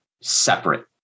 separate